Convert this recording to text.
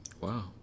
Wow